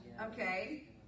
okay